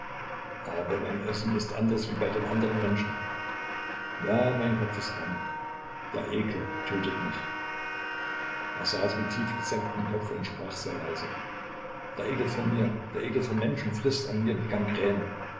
aber mein irrsinn ist anders wie bei andern menschen ja mein kopf ist krank der ekel tötet mich er saß mit tief gesenktem kopfe und sprach sehr leise der ekel vor mir der ekel vor menschen frißt an mir wie